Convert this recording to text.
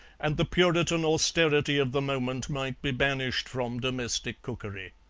and the puritan austerity of the moment might be banished from domestic cookery.